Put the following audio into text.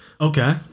okay